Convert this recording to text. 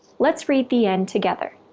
let's read the end together.